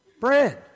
bread